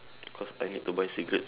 cause I need to buy cigarette